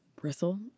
bristle